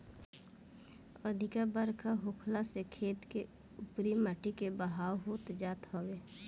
अधिका बरखा होखला से खेत के उपरी माटी के बहाव होत जात हवे